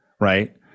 right